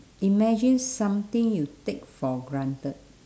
imagine something you take for granted